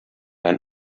ein